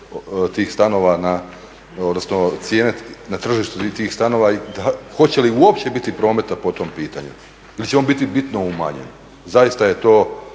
tih stanova odnosno cijene na tržištu tih stanova i hoće li uopće biti prometa po tom pitanju ili će on bitno umanjen. Zaista je to